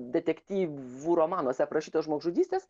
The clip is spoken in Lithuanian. detektyvų romanuose aprašytos žmogžudystės